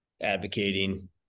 advocating